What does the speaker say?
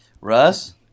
russ